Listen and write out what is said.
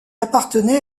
appartenait